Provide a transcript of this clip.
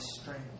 strength